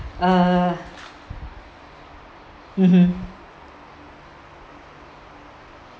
uh mmhmm